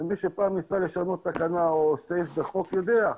ומי שפעם ניסה לשנות תקנה או סעיף בחוק יודע.